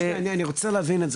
אני רוצה להבין.